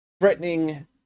threatening